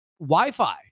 Wi-Fi